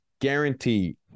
guaranteed